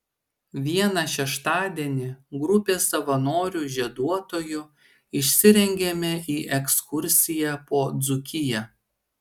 vieną šeštadienį grupė savanorių žieduotojų išsirengėme į ekskursiją po dzūkiją